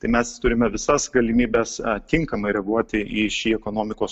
tai mes turime visas galimybes tinkamai reaguoti į šį ekonomikos